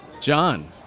John